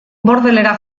bordelera